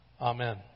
Amen